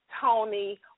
Tony